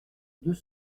deux